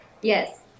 Yes